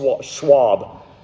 Schwab